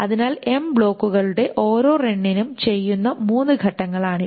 അതിനാൽ ബ്ലോക്കുകളുടെ ഓരോ റണ്ണിനും ചെയ്യുന്ന മൂന്ന് ഘട്ടങ്ങളാണിവ